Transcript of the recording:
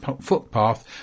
footpath